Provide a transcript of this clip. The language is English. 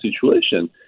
situation